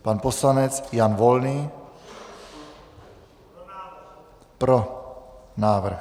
Pan poslanec Jan Volný: Pro návrh.